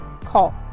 call